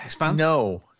no